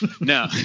no